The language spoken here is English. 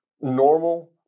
normal